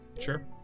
sure